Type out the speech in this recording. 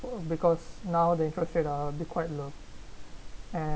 because nowadays the quite low and